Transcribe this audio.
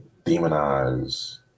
demonize